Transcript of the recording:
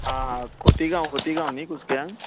आं हां खोतिगांव खोतिगांव न्ही कुसक्यान